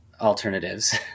alternatives